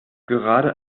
gerade